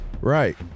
Right